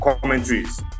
commentaries